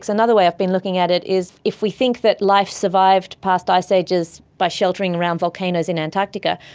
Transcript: another way i've been looking at it is if we think that life survived past ice ages by sheltering around volcanoes in antarctica,